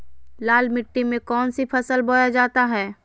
लाल मिट्टी में कौन सी फसल बोया जाता हैं?